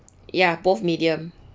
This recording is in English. ya both medium